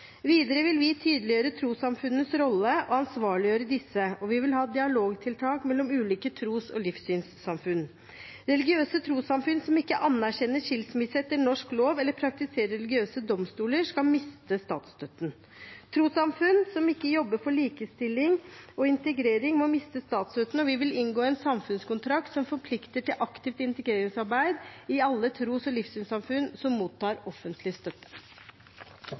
Videre vil vi tydeliggjøre trossamfunnenes rolle og ansvarliggjøre disse, og vi vil ha dialogtiltak mellom ulike tros- og livssynssamfunn. Religiøse trossamfunn som ikke anerkjenner skilsmisse etter norsk lov eller praktiserer religiøse domstoler, skal miste statsstøtten. Trossamfunn som ikke jobber for likestilling og integrering, må miste statsstøtten, og vi vil inngå en samfunnskontrakt som forplikter til aktivt integreringsarbeid i alle tros- og livssynssamfunn som mottar offentlig støtte.